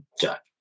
Jack